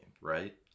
right